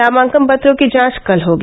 नामांकन पत्रों की जांच कल होगी